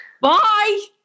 Bye